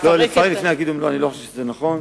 לפרק לפני, אני לא חושב שזה נכון.